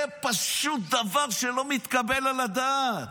זה פשוט דבר שלא מתקבל על הדעת.